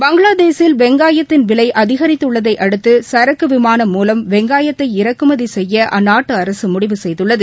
பங்ளாதேஷில் வெங்காயத்தின் விலை அதிகித்துள்ளதை அடுத்து சரக்கு விமானம் மூலம் வெங்காயத்ததை இறக்குமதி செய்ய அந்நாட்டு அரசு முடிவு செய்துள்ளது